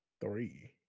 three